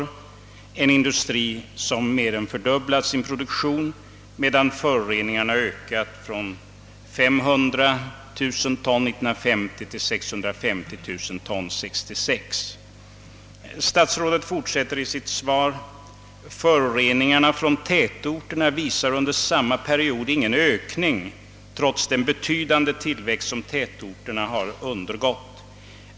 Det är en industri som under nämnda tid har mer än fördubblat sin produktion, samtidigt som föroreningarna från industrin har ökat från 500 000 ton 1950 till 650 000 ton 1966. Statsrådet fortsätter med att säga i svaret: »Föroreningarna från tätorterna visar under samma period ingen ökning trots den betydande tillväxt som tätorterna har undergått.